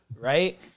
right